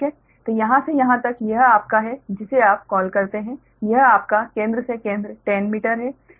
तो यहाँ से यहाँ तक यह आपका है जिसे आप कॉल करते हैं यह आपका केंद्र से केंद्र 10 मीटर है